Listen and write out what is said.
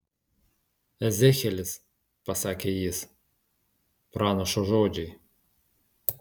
ezechielis pasakė jis pranašo žodžiai